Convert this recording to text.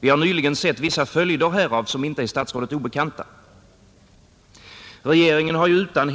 Vi har nyligen sett vissa följder härav, som inte är statsrådet obekanta. Regeringen har under årens lopp utan